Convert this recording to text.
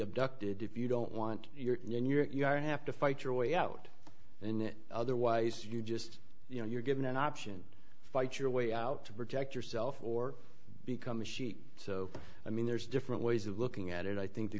abducted if you don't want your hand you're have to fight your way out and it otherwise you just you know you're given an option to fight your way out to protect yourself or become a sheik so i mean there's different ways of looking at it i think the